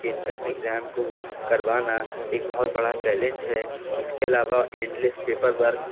کہ entrance exam کو کروانا ایک بہت بڑا چیلنج ہے اس کے علاوہ اینڈ لیس پیپر ورک